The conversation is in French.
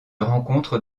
rencontre